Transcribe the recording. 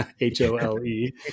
h-o-l-e